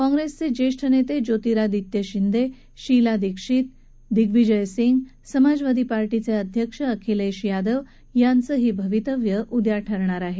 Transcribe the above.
काँग्रेसचे ज्येष्ठ नेते ज्योतिरादित्य शिंदे शीला दीक्षित दिग्विजय सिंह समाजवादी पार्टीचे अध्यक्ष अखिलेश यादव यांचं ही भवितव्य उद्या ठरेल